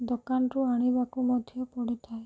ଦୋକାନରୁ ଆଣିବାକୁ ମଧ୍ୟ ପଡ଼ିଥାଏ